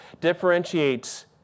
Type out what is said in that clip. differentiates